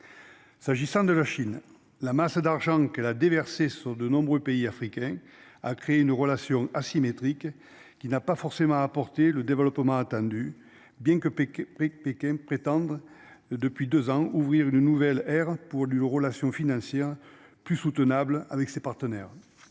S'agissant de la Chine. La masse d'argent qu'elle a déversé sur de nombreux pays africains a crée une relation asymétrique qui n'a pas forcément apporter le développement attendu bien que Pékin avec Pékin prétendent depuis 2 ans, ouvrir une nouvelle ère pour lui aux relations financières plus soutenable avec ses partenaires.